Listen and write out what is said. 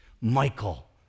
Michael